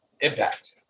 Impact